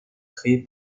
créées